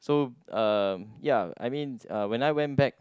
so uh ya I mean uh when I went back